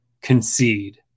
concede